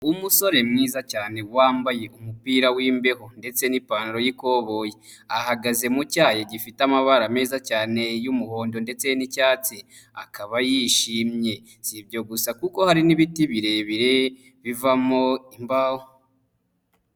Umusore mwiza cyane wambaye umupira w'imbeho ndetse n'ipantaro y'ikoboyi. Ahagaze mu cyayi gifite amabara meza cyane y'umuhondo ndetse n'icyatsi, akaba yishimye. Si ibyo gusa kuko hari n'ibiti birebire bivamo imbaho.